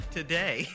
today